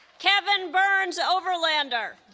kevin burns overlander